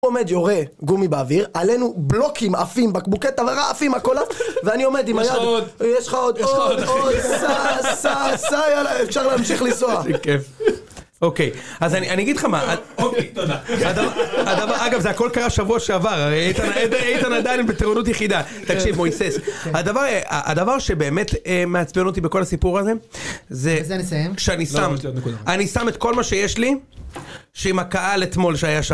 עומד יורה גומי באוויר, עלינו בלוקים עפים בקבוקי תבערה, עפים הכל, ואני עומד עם היד, יש לך עוד, יש לך עוד, עוד, עוד, סע, סע, סע, יאללה, אפשר להמשיך לנסוע, איזה כיף, אוקיי, אז אני, אני אגיד לך מה, אגב זה הכל קרה שבוע שעבר, איתן עדיין בטרונות יחידה, תקשיב מויסס, הדבר, הדבר שבאמת מעצבן אותי בכל הסיפור הזה, זה שאני שם, אני שם את כל מה שיש לי, שעם הקהל אתמול שהיה שם,